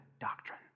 doctrine